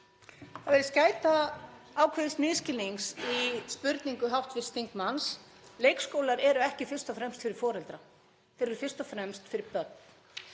Það virðist gæta ákveðins misskilnings í spurningu hv. þingmanns. Leikskólar eru ekki fyrst og fremst fyrir foreldra, þeir eru fyrst og fremst fyrir börn